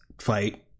fight